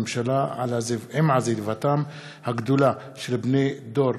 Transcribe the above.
בנושא: התמודדות הממשלה עם עזיבתם הגדולה של בני הדור